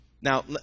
Now